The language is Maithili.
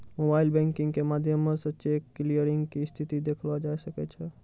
मोबाइल बैंकिग के माध्यमो से चेक क्लियरिंग के स्थिति देखलो जाय सकै छै